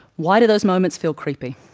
why do those moments feel creepy?